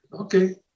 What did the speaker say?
Okay